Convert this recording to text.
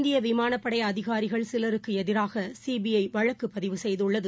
இந்தியவிமானப்படைஅதிகாரிகள் சிலருக்குஎதிராகசிபிஐவழக்குபதிவு செய்துள்ளது